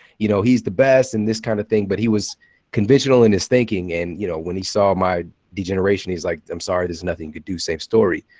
you know he's the best and this kind of thing, but he was conventional in his thinking. and you know when he saw my degeneration, he's like i'm sorry. there's nothing you could do, same story.